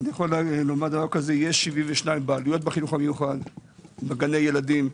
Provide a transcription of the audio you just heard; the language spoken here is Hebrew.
יש 72 בעלויות בחינוך המיוחד בגני הילדים.